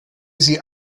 sie